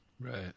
Right